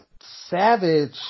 Savage